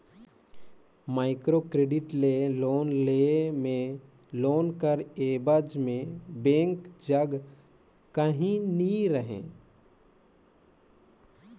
micro credit ले loan लेय में लोन कर एबज में बेंक जग काहीं नी रहें